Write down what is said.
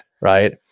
right